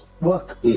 work